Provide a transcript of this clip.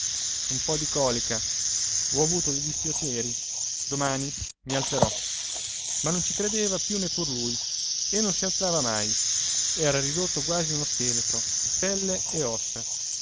un po di colica ho avuto dei dispiaceri domani mi alzerò ma non ci credeva più neppur lui e non si alzava mai era ridotto quasi uno scheletro pelle e ossa